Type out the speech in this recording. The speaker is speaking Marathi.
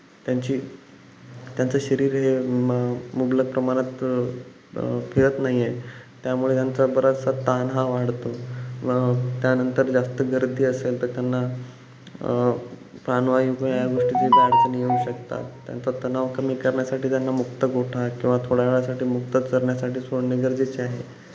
त्यांची त्यांचं शरीर हे म मुबलक प्रमाणात फिरत नाही आहे त्यामुळे त्यांचा बराचसा ताण हा वाढतो व त्यानंतर जास्त गर्दी असेल तर त्यांना प्राणवायू व या गोष्टीत अडचणी येऊ शकतात त्यांचा तणाव कमी करण्यासाठी त्यांना मुक्त गोठा किंवा थोड्या वेळासाठी मुक्त चरण्यासाठी सोडणे गरजेचे आहे